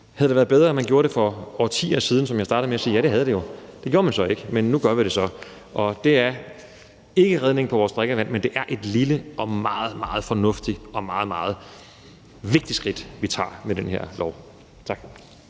Havde det været bedre, at man gjorde det for årtier siden, som jeg startede med at sige? Ja, det havde det jo. Det gjorde man så ikke, men nu gør vi det så, og det er ikke redningen af vores drikkevand, men det er et lille og meget, meget fornuftigt og meget, meget vigtigt skridt, vi tager med den her lov. Tak.